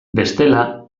bestela